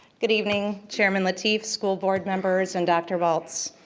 good evening, chairman lateef, school board members, and dr. walts.